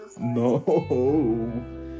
no